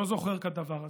לא זוכר כדבר הזה,